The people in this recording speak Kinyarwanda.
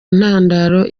ntandaro